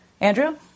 Andrew